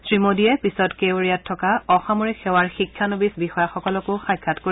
শ্ৰীমোদীয়ে পিছত কেৱৰীয়াত থকা অসামৰিক সেৱাৰ শিক্ষানবিছ বিষয়াসকলকো সাক্ষাৎ কৰিব